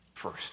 first